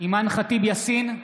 אימאן ח'טיב יאסין,